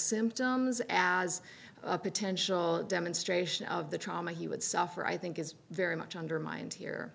symptoms as a potential demonstration of the trauma he would suffer i think is very much undermined here